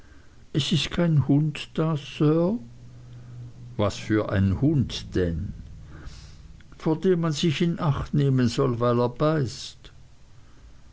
es ist kein hund da sir was für ein hund denn vor dem man sich in acht nehmen soll weil er beißt